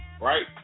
right